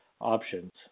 options